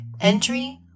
Entry